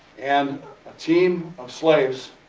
and a team of slaves